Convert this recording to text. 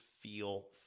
feel